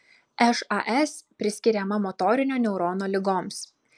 šas priskiriama motorinio neurono ligoms